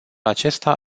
acesta